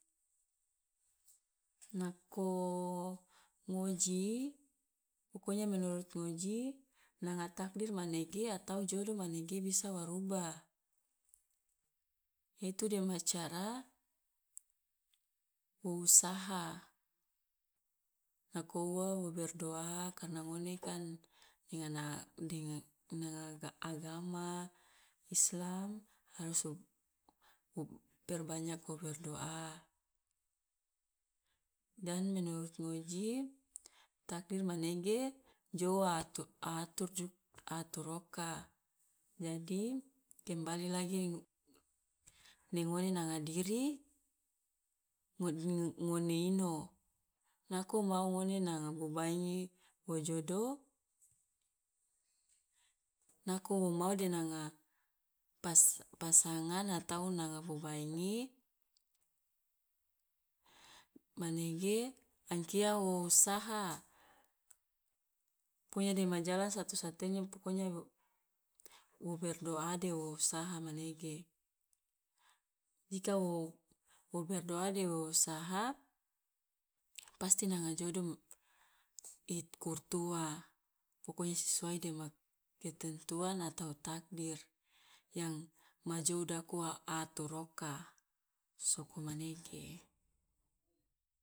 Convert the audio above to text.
nako ngoji pokonya menurut ngoji nanga takdir manege atau jodoh manege bisa wa rubah yaitu dema cara wo usaha, nako ua wo berdoa karena ngone kan de ngana deng nga- a agama islam harus wo- wo perbanyak berdoa dan menurut ngoji, takdir manege jou a- atu- atur jug a atur oka, jadi kembali lagi de ngone nanga diri, ngo- ngone ino, nako mau ngone nanga bobaingi wo jodoh nako wo mau de nanga pas- pasangan atau nanga bobaingi manege angkia wo usaha, pokonya dema jalan satu satunya pokonya w- wo berdoa de wo berusaha manege, jika wo wo berdoa de wo usaha pasti nanga jodoh i kurtu ua, pokonya sesuai dema ketentuan atau takdir yang ma jou daku a- atur oka, soko manege.